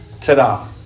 ta-da